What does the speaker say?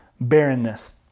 barrenness